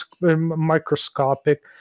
microscopic